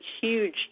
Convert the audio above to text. huge